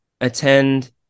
attend